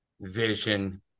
vision